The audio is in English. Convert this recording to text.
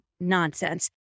nonsense